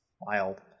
Wild